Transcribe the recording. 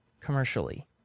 commercially